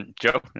Joe